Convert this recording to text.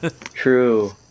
True